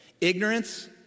ignorance